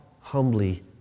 humbly